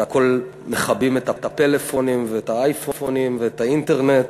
והכול מכבים את הפלאפונים ואת האייפונים ואת האינטרנט